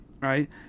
right